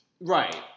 Right